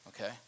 okay